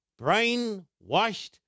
Brainwashed